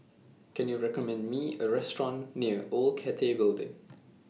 Can YOU recommend Me A Restaurant near Old Cathay Building